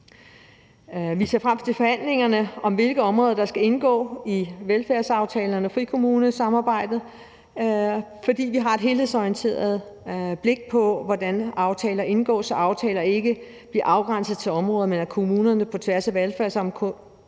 Vi ser frem til forhandlingerne om, hvilke områder der skal indgå i velfærdsaftalerne og frikommunesamarbejdet, for vi har et helhedsorienteret blik på, hvordan aftaler indgås, så aftaler ikke bliver afgrænset til nogle områder, men at kommunerne på tværs af velfærdsområder